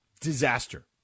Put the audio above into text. Disaster